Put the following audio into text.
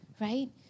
right